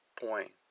point